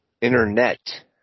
Internet